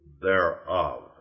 thereof